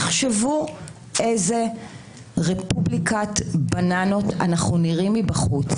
תחשבו איזו רפובליקת בננות אנחנו נראים מבחוץ,